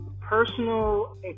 personal